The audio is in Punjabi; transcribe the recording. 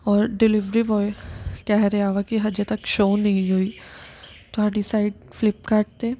ਔਰ ਡਿਲੀਵਰੀ ਬੁਆਏ ਕਹਿ ਰਿਹਾ ਵਾ ਕਿ ਅਜੇ ਤੱਕ ਸ਼ੋਅ ਨਹੀਂ ਹੋਈ ਤੁਹਾਡੀ ਸਾਈਟ ਫਲਿੱਪਕਾਟ 'ਤੇ